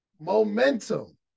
momentum